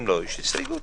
אם לא, יש הסתייגות.